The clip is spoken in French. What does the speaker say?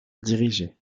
dirigée